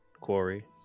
quarry